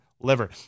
liver